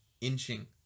inching